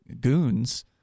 goons